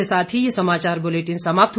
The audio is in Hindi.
इसी के साथ ये समाचार बुलेटिन समाप्त हुआ